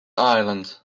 ireland